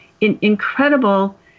incredible